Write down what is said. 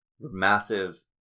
massive